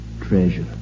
treasure